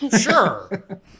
Sure